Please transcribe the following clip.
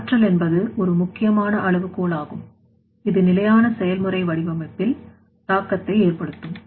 எனவே ஆற்றல் என்பது ஒரு முக்கியமான அளவுகோல் ஆகும் இது நிலையான செயல்முறை வடிவமைப்பில் தாக்கத்தை ஏற்படுத்தும்